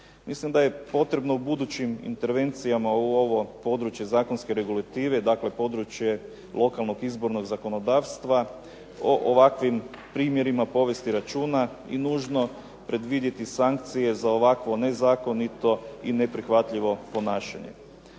Mislim da je potrebno u budućim intervencijama u ovo područje zakonske regulative, dakle područje lokalnog izbornog zakonodavstva o ovakvim primjerima povesti računa i nužno predvidjeti sankcije za ovakvo nezakonito i neprihvatljivo ponašanje.